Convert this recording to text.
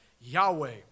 Yahweh